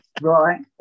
right